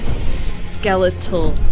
skeletal